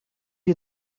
you